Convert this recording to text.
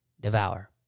devour